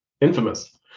Infamous